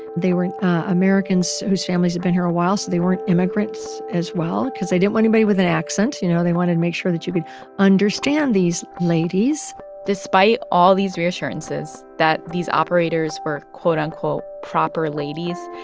they were americans whose families had been here a while, so they weren't immigrants, as well, cause they didn't want anybody with an accent. you know, they wanted to make sure that you could understand these ladies despite all these reassurances that these operators were, quote, unquote, proper ladies,